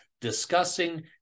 Discussing